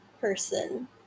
person